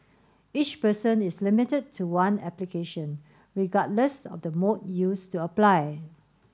each person is limited to one application regardless of the mode used to apply